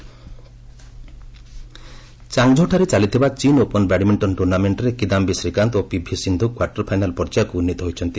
badminton ଚାଙ୍ଗ୍ଝୋଠାରେ ଚାଲିଥିବା ଚୀନ୍ ଓପନ୍ ବ୍ୟାଡ୍ମିଷ୍ଟନ ଟୁର୍ଣ୍ଣାମେଣ୍ଟରେ କିଦାମ୍ବୀ ଶ୍ରୀକାନ୍ତ ଓ ପିଭି ସିନ୍ଧୁ କ୍ୱାର୍ଟର ଫାଇନାଲ୍ ପର୍ଯ୍ୟାୟକୁ ଉନ୍ନିତ ହୋଇଛନ୍ତି